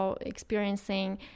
experiencing